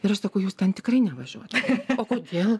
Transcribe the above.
ir aš sakau jūs ten tikrai nevažiuotumėt o kodėl